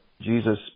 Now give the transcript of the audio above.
Jesus